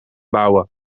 bouwen